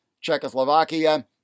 Czechoslovakia